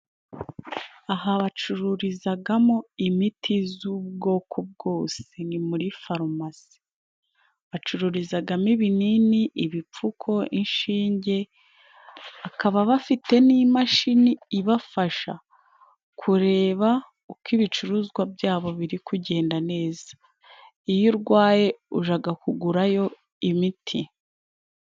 Aha bacururizamo imiti y'ubwoko bwose. Ni muri farumasi. Bacururizamo ibinini, ibipfuko, inshinge. Bakaba bafite n'imashini ibafasha kureba uko ibicuruzwa byabo biri kugenda neza. Iyo urwaye ujya kugurayo imiti.